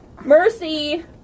Mercy